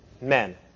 men